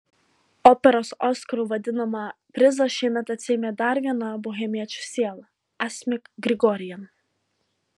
operos oskaru vadinamą prizą šiemet atsiėmė dar viena bohemiečių siela asmik grigorian